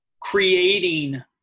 creating